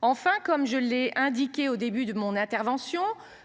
Enfin, comme je l'ai indiqué au début de mon intervention,